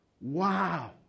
Wow